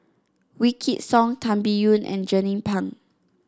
Wykidd Song Tan Biyun and Jernnine Pang